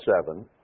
seven